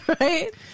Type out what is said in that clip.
Right